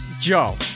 Joe